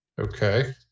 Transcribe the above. Okay